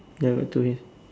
ya got two ways